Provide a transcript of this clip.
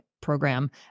program